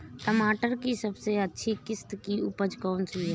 टमाटर की सबसे अच्छी किश्त की उपज कौन सी है?